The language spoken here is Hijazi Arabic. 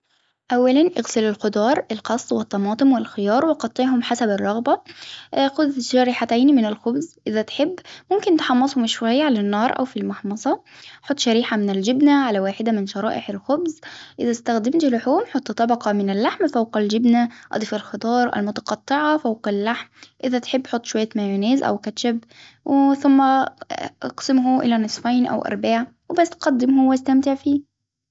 اولا إغسل الخضار القص والطماطم والخيار وقطعهم حسب الرغبة. حذ شريحتين من الخبز إذا تحب ممكن تحمصهم شوية على النار أو في المحمصة، حط شريحة من الجبنة على واحدة من شرائح الخبز. إذا إستخدمت لحوم حطي طبقة من اللحم فوق الجبنة، أضف الخضار المتقطعة فوق اللحم إذا تحب حط شوية مايونيز أو كاتشب وثم أقسمه إلى نصفين أو أرباع وبس قدمه وأستمتع فيه.